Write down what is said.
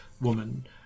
woman